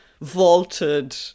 vaulted